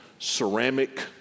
ceramic